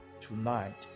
tonight